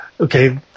Okay